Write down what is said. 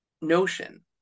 notion